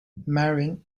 merwin